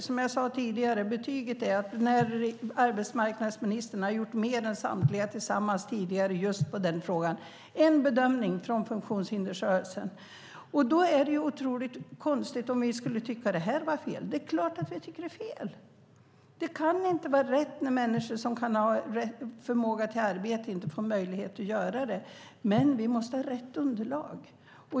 Som jag sade tidigare: Betyget är att denna arbetsmarknadsminister har gjort mer än samtliga tillsammans tidigare i just den frågan. Det är en bedömning från Funktionshindersrörelsen. Då vore det otroligt konstigt om ni skulle tycka att det här var fel. Det är klart att ni tycker att det är fel! Det kan inte vara rätt när människor som har förmåga till arbete inte får möjlighet att arbeta. Men vi måste ha rätt underlag.